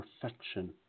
perfection